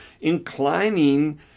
inclining